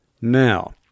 Now